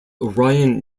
orion